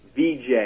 VJ